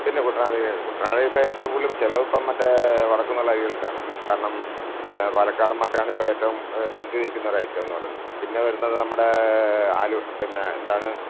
പിന്നെ കുട്ടനാടിനരിയാണ് കുട്ടനാടി ഇപ്പോൾ ഏറ്റോം കൂടുതൽ ഇപ്പം ചിലവിപ്പം മറ്റേ വടക്കുംന്നൊള്ള അരികൾക്കാണ് കാരണം പാലക്കാടൻ മട്ടയാണിപ്പം ഏറ്റോം മുൻപിൽ നിൽക്കുന്ന ഒരൈറ്റം എന്ന് പറയുന്നത് പിന്നെ വരുന്നത് നമ്മുടെ ആൽ പിന്നെ എന്താണ്